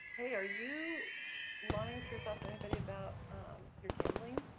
hey, are you lying to yourself or anybody about your gambling,